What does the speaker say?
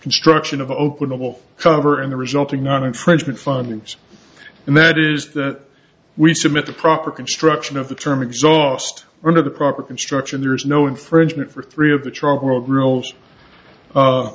construction of openable cover and the resulting not infringement fundings and that is that we submit the proper construction of the term exhaust one of the proper construction there is no infringement for three of the charcoal grill